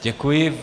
Děkuji.